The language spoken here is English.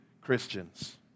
Christians